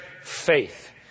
faith